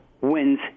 wins